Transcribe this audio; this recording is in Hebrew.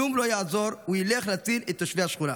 כלום לא יעזור, הוא ילך להציל את תושבי השכונה.